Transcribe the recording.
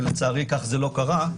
ולצערי כך לא קרה,